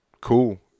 Cool